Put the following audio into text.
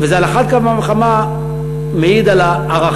וזה על אחת כמה וכמה מעיד על הערכים,